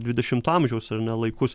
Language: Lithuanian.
dvidešimto amžiaus ar ne laikus